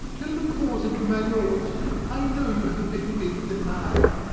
tell the cause unto my lords i know you have a better wit than i.